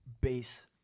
base